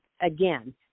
again